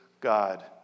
God